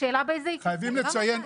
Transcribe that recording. השאלה היא מתי זה יקרה.